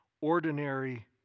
ordinary